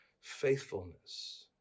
faithfulness